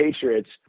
Patriots